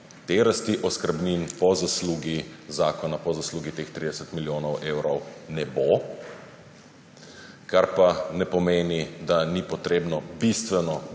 te rasti oskrbnin po zaslugi zakona, po zaslugi teh 30 milijonov evrov ne bo, kar pa ne pomeni, da ni treba bistveno